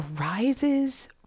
arises